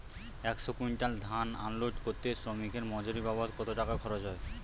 একশো কুইন্টাল ধান আনলোড করতে শ্রমিকের মজুরি বাবদ কত টাকা খরচ হয়?